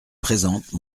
présente